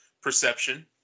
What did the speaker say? perception